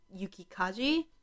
Yukikaji